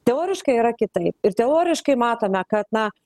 teoriškai yra kitaip ir teoriškai matome kad na